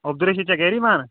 عبدل رشیٖد چھا گَری پانہٕ